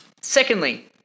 Secondly